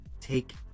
Take